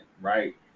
right